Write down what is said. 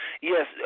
Yes